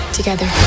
together